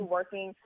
working